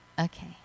Okay